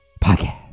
Podcast